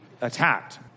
attacked